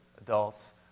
adults